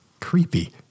Creepy